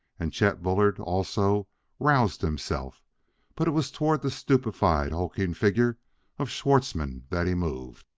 and chet bullard also roused himself but it was toward the stupefied, hulking figure of schwartzmann that he moved.